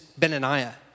Benaniah